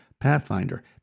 pathfinder